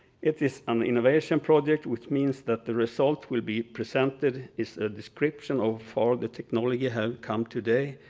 it is an innovation project, which means that the result will be presented. it's a description of all the technology have come today.